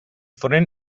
foren